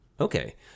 Okay